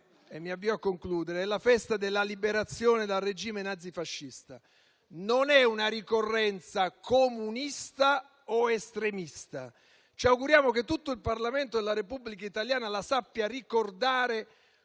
del mio intervento, è la Festa della liberazione dal regime nazifascista, non è una ricorrenza comunista o estremista. Ci auguriamo che tutto il Parlamento della Repubblica italiana la sappia ricordare